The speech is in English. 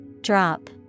Drop